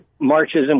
Marxism